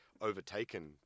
overtaken